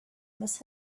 must